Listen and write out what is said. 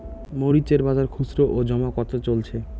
মরিচ এর বাজার খুচরো ও জমা কত চলছে?